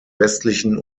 westlichen